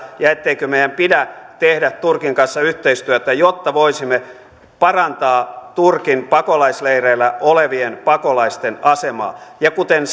ja etteikö meidän pidä tehdä turkin kanssa yhteistyötä jotta voisimme parantaa turkin pakolaisleireillä olevien pakolaisten asemaa ja kuten